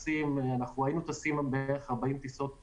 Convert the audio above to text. היינו טסים כארבעים טיסות ביום.